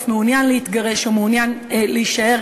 מעוניין להתגרש או מעוניין להישאר,